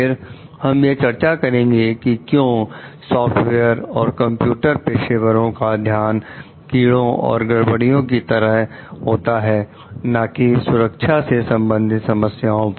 फिर हम यह चर्चा करेंगे कि क्यों सॉफ्टवेयर और कंप्यूटर पेशेवरों का ध्यान कीड़ों और गड़बड़ियों की तरह होता है ना कि सुरक्षा से संबंधित समस्याओं पर